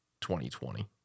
2020